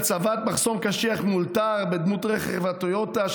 הצבת מחסום קשיח מאולתר בדמות רכב הטיוטה,